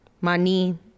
Money